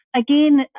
Again